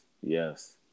Yes